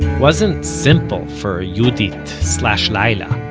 wasn't simple for yehudit slash layla,